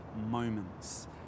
moments